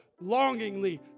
longingly